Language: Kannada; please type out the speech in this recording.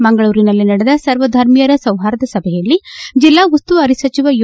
ಮಂಗಳೂರಿನಲ್ಲಿ ನಡೆದ ಸರ್ವಧರ್ಮೀಯರ ಸೌಹಾರ್ದ ಸಭೆಯಲ್ಲಿ ಜಿಲ್ಲಾ ಉಸ್ತುವಾರಿ ಸಚಿವ ಯು